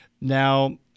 Now